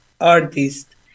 artist